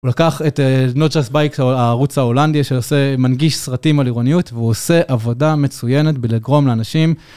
הוא לקח את NotJustBikes, הערוץ ההולנדי, שעושה, מנגיש סרטים על עירוניות, והוא עושה עבודה מצוינת בלגרום לאנשים.